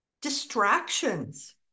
Distractions